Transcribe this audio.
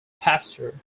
pastor